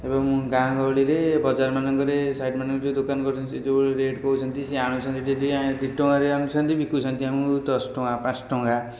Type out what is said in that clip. ତେବେ ମୁଁ ଗାଁ ଗହଳିରେ ବଜାରମାନଙ୍କରେ ସାଇଡ଼ମାନଙ୍କରେ ଯେଉଁମାନେ ଦୋକାନ କରିଛନ୍ତି ସେ ଯେଉଁଭଳି ରେଟ୍ କହୁଛନ୍ତି ସେ ଆଣୁଛନ୍ତି ଡେଲି ଯଦି ଦୁଇ ଟଙ୍କାରେ ଆଣୁଛନ୍ତି ବିକୁଛନ୍ତି ଆମକୁ ଦଶ ଟଙ୍କା ପାଞ୍ଚ ଟଙ୍କା